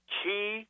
key